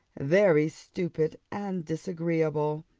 very stupid and disagreeable,